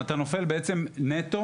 אתה נופל בעצם נטו,